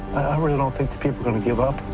i really don't think the people are gonna give up.